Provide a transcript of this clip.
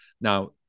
Now